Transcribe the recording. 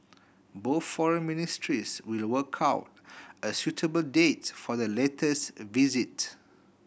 both foreign ministries will work out a suitable date for the latter's visit